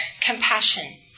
compassion